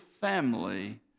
family